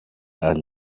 and